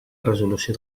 resolució